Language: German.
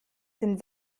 den